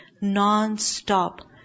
non-stop